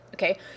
Okay